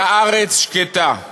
והארץ שקטה.